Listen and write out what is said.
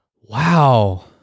Wow